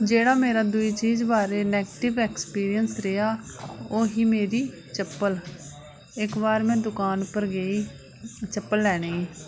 जेह्ड़ा मेरा दूई चीज़ दे बारै ई नैगेटिव एक्सपीरियंस रेहा ओह् ही मेरी चप्पल इक्क बार में दुकान पर गेई ही चप्पल लैने ई